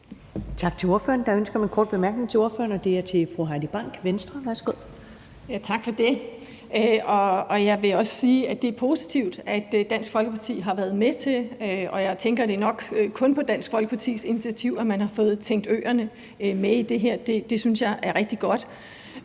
Tak til ordføreren. Der er ønske om en kort bemærkning til ordføreren, og den er fra fru Heidi Bank, Venstre. Værsgo. Kl. 20:26 Heidi Bank (V): Tak for det. Jeg vil også sige, at det er positivt, at Dansk Folkeparti har været med til det, og jeg tænker, at det nok kun er på Dansk Folkepartis initiativ, at man har fået tænkt øerne med i det her. Det synes jeg er rigtig godt.